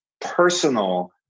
personal